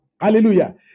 hallelujah